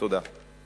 תודה.